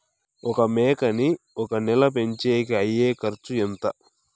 ఒక మేకని ఒక నెల పెంచేకి అయ్యే ఖర్చు ఎంత?